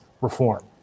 reform